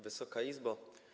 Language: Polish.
Wysoka Izbo!